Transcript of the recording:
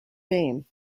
fame